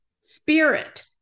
spirit